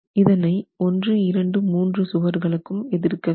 இதனை 123 மூன்று சுவர்களும் எதிர்க்கவேண்டும்